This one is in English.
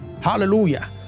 hallelujah